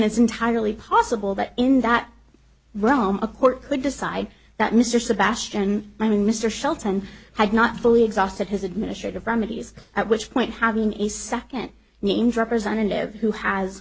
it's entirely possible that in that realm a court could decide that mr sebastian by mr shelton had not fully exhausted his administrative remedies at which point having a second named representative who has